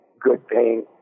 good-paying